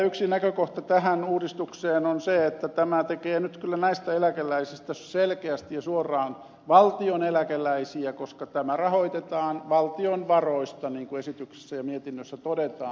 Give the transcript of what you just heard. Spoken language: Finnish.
yksi näkökohta tähän uudistukseen on se että tämä tekee nyt kyllä näistä eläkeläisistä selkeästi ja suoraan valtion eläkeläisiä koska tämä rahoitetaan valtion varoista niin kuin esityksessä ja mietinnössä todetaan